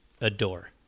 adore